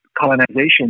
colonization